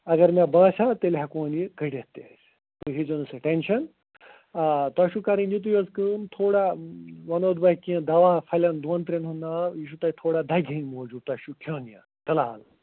اَگر مےٚ باسٮ۪و تیٚلہِ ہٮ۪کہون یہِ کٔڈِتھ تہِ تُہۍ ہے زیٚو نہٕ سۄ ٹٮ۪نشَن آ تۄہہِ چھُو کَرٕنۍ یِتُے یوت کٲم تھوڑا وَنَہو بہٕ کیٚنٛہہ دوا پھلٮ۪ن دۄن ترٛیٚن ہُنٛد ناو یہِ چھُو تۄہہِ تھوڑا دَگہِ ہٕنٛدۍ موجوٗب تۄہہِ چھُو کھیٚون یہِ فِلحال